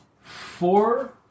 four